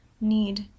need